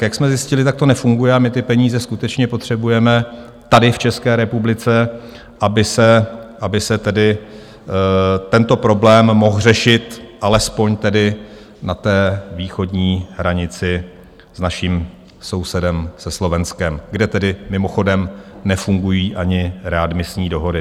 Jak jsme zjistili, to nefunguje a my ty peníze skutečně potřebujeme tady v České republice, aby se tedy tento problém mohl řešit alespoň tedy na východní hranici s naším sousedem, se Slovenskem, kde tedy mimochodem nefungují ani readmisní dohody.